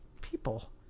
people